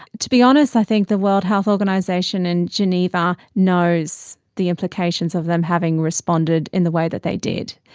to be honest i think the world health organisation in geneva knows the implications of them having responded in the way that they did.